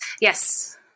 Yes